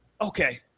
okay